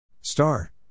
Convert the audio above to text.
Star